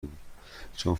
بود، چون